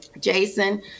Jason